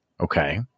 okay